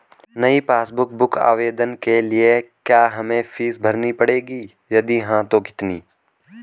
नयी passbook book आवेदन के लिए क्या हमें फीस भरनी पड़ेगी यदि हाँ तो कितनी?